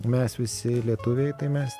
mes visi lietuviai tai mes